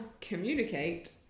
communicate